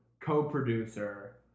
co-producer